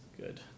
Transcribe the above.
good